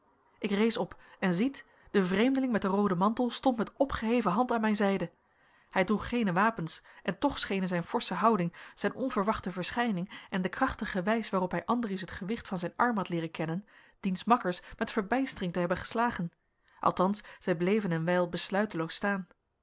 ik rees op en ziet de vreemdeling met den rooden mantel stond met opgeheven hand aan mijn zijde hij droeg geene wapens en toch schenen zijn forsche houding zijn onverwachte verschijning en de krachtige wijs waarop hij andries het gewicht van zijn arm had leeren kennen diens makkers met verbijstering te hebben geslagen althans zij bleven een wijl besluiteloos staan